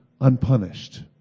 unpunished